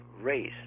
race